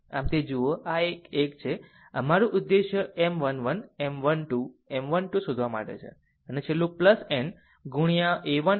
આમ તે જુઓ આ આ એક 1 છે અમારું ઉદ્દેશ M 1 1 M 1 2 M 1 2 શોધવા માટે છે અને છેલ્લું n ગુણ્યા a 1n ગુણ્યા M 1n છે